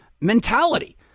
mentality